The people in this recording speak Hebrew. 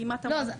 לא,